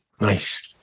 Nice